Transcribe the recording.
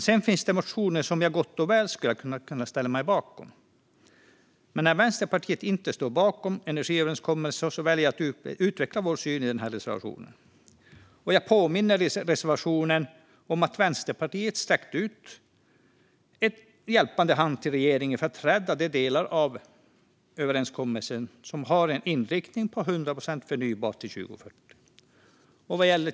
Sedan finns det motioner som jag gott och väl hade kunnat ställa mig bakom. Men eftersom Vänsterpartiet inte står bakom energiöverenskommelsen väljer jag att utveckla vår syn i reservationen. Jag påminner i reservationen om att Vänsterpartiet har sträckt ut en hjälpande hand till regeringen för att rädda de delar av överenskommelsen som har en inriktning på 100 procent förnybart till 2040.